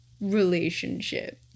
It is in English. relationship